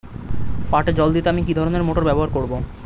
পাটে জল দিতে আমি কি ধরনের মোটর ব্যবহার করব?